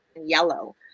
yellow